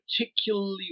particularly